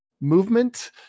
movement